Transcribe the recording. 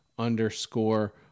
underscore